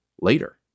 later